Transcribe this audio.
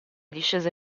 discese